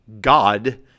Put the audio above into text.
God